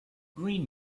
green